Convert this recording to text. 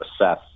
assess